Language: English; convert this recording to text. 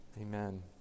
Amen